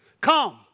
come